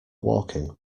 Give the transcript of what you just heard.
walking